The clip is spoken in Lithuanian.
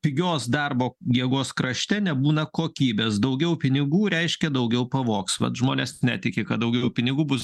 pigios darbo jėgos krašte nebūna kokybės daugiau pinigų reiškia daugiau pavogs vat žmonės netiki kad daugiau pinigų bus